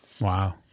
Wow